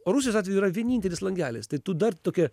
o rusijos atveju yra vienintelis langelis tai tu dar tokią